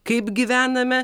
kaip gyvename